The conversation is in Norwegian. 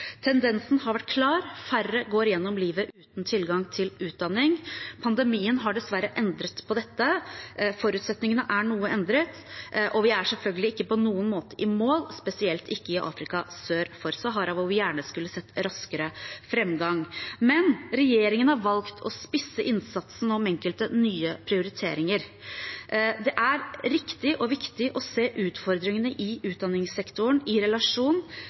Tendensen har vært klar. Færre går gjennom livet uten tilgang til utdanning. Pandemien har dessverre endret på dette. Forutsetningene er noe endret, og vi er selvfølgelig ikke på noen måte i mål, spesielt ikke i Afrika sør for Sahara, hvor vi gjerne skulle sett raskere framgang. Regjeringen har valgt å spisse innsatsen om enkelte nye prioriteringer. Det er riktig og viktig å se utfordringene i utdanningssektoren i relasjon